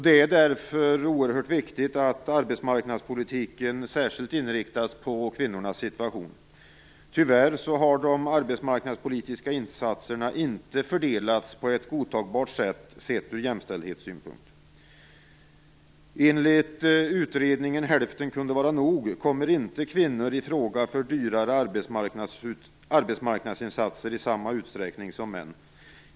Det är därför oerhört viktigt att arbetsmarknadspolitiken särskilt inriktas på kvinnornas situation. Tyvärr har de arbetsmarknadspolitiska insatserna inte fördelats på ett ur jämställdhetssynpunkt godtagbart sätt. Enligt utredningen Hälften kunde vara nog, kommer inte kvinnor i fråga för dyrare arbetsmarknadsinsatser i samma utsträckning som män.